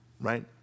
right